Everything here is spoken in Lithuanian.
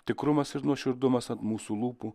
tikrumas ir nuoširdumas ant mūsų lūpų